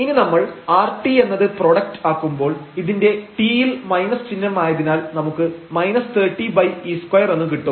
ഇനി നമ്മൾ rt എന്നത് പ്രോഡക്റ്റ് ആക്കുമ്പോൾ ഇതിന്റെ t യിൽ മൈനസ് ചിഹ്നം ആയതിനാൽ നമുക്ക് 30e2 എന്ന് കിട്ടും